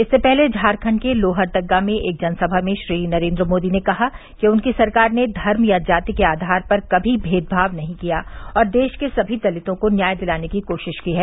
इससे पहले झारखंड के लोहरदग्गा में एक जनसभा में श्री नरेंद्र मोदी ने कहा कि उनकी सरकार ने धर्म या जाति के आधार पर कभी भेदभाव नहीं किया और देश के सभी दलितों को न्याय दिलाने की कोशिश की है